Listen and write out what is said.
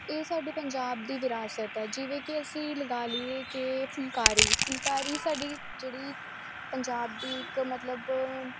ਇਹ ਸਾਡੇ ਪੰਜਾਬ ਦੀ ਵਿਰਾਸਤ ਹੈ ਜਿਵੇਂ ਕਿ ਅਸੀਂ ਲਗਾ ਲਈਏ ਕਿ ਫੁਲਕਾਰੀ ਫੁਲਕਾਰੀ ਸਾਡੀ ਜਿਹੜੀ ਪੰਜਾਬ ਦੀ ਇੱਕ ਮਤਲਬ